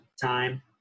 time